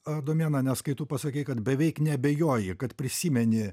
adomėną nes kai tu pasakei kad beveik neabejoji kad prisimeni